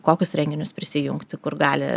kokius renginius prisijungti kur gali